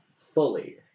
fully